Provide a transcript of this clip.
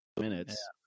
minutes